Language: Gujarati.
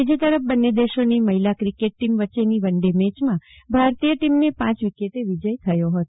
બીજી તરફ બન્ને દેશોની મહિલા ક્રિકેટ ટીમ વચેની વનડે મેચમાં ભારતીય ટીમને પ વિકેટે વિજય થયો હતો